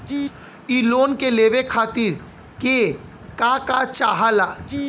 इ लोन के लेवे खातीर के का का चाहा ला?